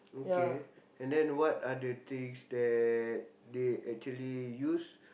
okay and then what are the drinks that they actually use